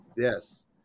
Yes